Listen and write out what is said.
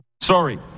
Sorry